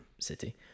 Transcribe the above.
city